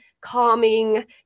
calming